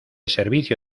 servicio